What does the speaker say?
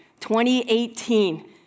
2018